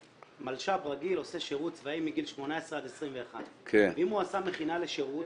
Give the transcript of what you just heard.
מלש"ב רגיל עושה שירות צבאי מגיל 18 עד 21. אם הוא עשה מכינה לשירות